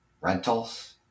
rentals